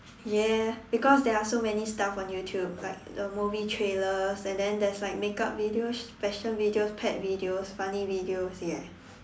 yes because there are so many stuff on YouTube like the movie trailers and then there is like makeup videos fashion videos pet videos funny videos yes